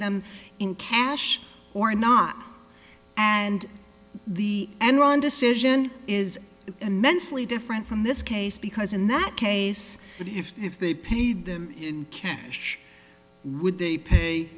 them in cash or not and the enron decision is immensely different from this case because in that case but if they paid them in cash would they pay